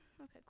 Okay